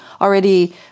already